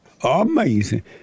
amazing